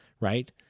right